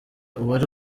uwari